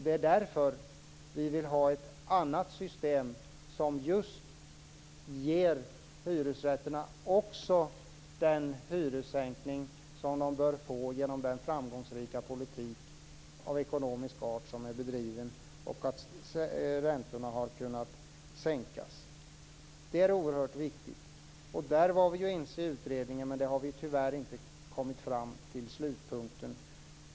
Det är därför vi vill ha ett annat system, ett system som ger också hyresrätterna den hyressänkning som de bör få genom den framgångsrika ekonomiska politik som vi har bedrivit och genom att räntorna har kunnat sänkas. Det är oerhört viktigt. Där var vi ju ense i utredningen, men vi har tyvärr inte kommit fram till slutpunkten.